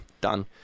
done